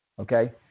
okay